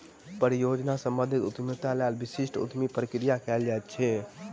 परियोजना सम्बंधित उद्यमिताक लेल विशिष्ट उद्यमी प्रक्रिया कयल जाइत अछि